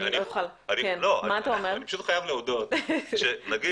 אני פשוט חייב להודות --- מה אתה אומר,